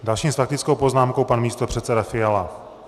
Další s faktickou poznámkou pan místopředseda Fiala.